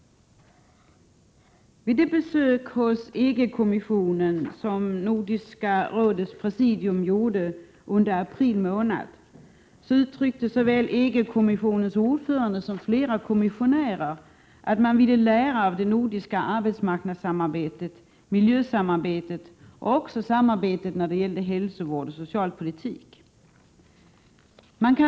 Vid det besök hos EG-kommissionen som Nordiska rådets presidium gjorde under april månad framhöll såväl EG-kommissionens ordförande som flera ledamöter av kommissionen att man ville lära av det nordiska arbetsmarknadssamarbetet, miljösamarbetet och samarbetet när det gäller hälsovård och socialpolitik.